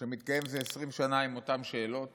שמתקיים זה 20 שנה עם אותן שאלות